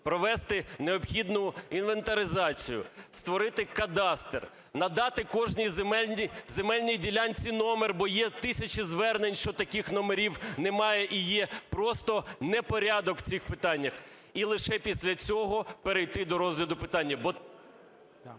провести необхідну інвентаризацію, створити кадастр, надати кожній земельній ділянці номер, бо є тисячі звернень, що таких номерів немає і є просто непорядок в цих питаннях. І лише після цього перейти до розгляду питання,